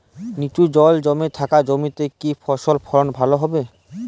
নিচু জল জমে থাকা জমিতে কি ফসল ফলন ভালো হবে?